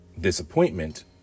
disappointment